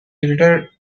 elder